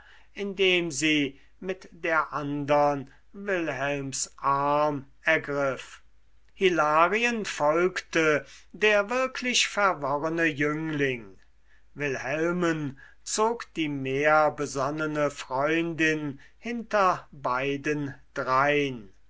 indem sie mit der andern wilhelms arm ergriff hilarien folgte der wirklich verworrene jüngling wilhelmen zog die mehr besonnene freundin so hinter beiden drein